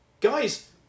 guys